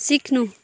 सिक्नु